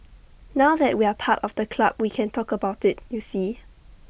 now that we're part of the club we can talk about IT you see